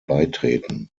beitreten